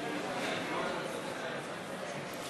ההצבעה: הודעת הממשלה בהתאם לסעיף 31(ב)